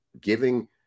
giving